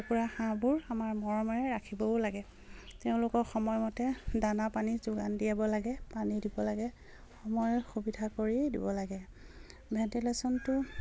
কুকুৰা হাঁহবোৰ আমাৰ মৰমেৰে ৰাখিবও লাগে তেওঁলোকক সময়মতে দানা পানী যোগান দিয়াব লাগে পানী দিব লাগে সময়ৰ সুবিধা কৰি দিব লাগে ভেণ্টিলেশ্যনটো